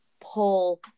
pull –